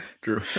True